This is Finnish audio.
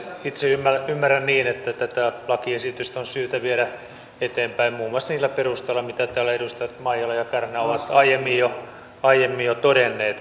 itse ymmärrän niin että tätä lakiesitystä on syytä viedä eteenpäin muun muassa niillä perusteilla mitä täällä edustajat maijala ja kärnä ovat aiemmin jo todenneet